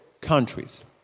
countries